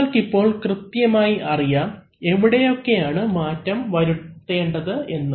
നിങ്ങൾക്കിപ്പോൾ കൃത്യമായി അറിയാം എവിടെയൊക്കെയാണ് മാറ്റം വരുത്തേണ്ടത് എന്ന്